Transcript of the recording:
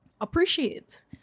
appreciate